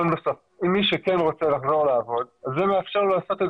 מי שכן רוצה לחזור לעבוד זה מאפשר לו לעשות את